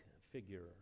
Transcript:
figure